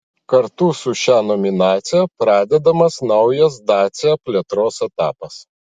kartu su šia nominacija pradedamas naujas dacia plėtros etapas